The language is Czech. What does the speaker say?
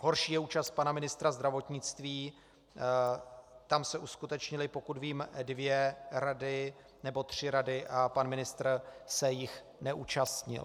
Horší je účast pana ministra zdravotnictví, tam se uskutečnily, pokud vím, dvě nebo tři rady a pan ministr se jich neúčastnil.